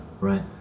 right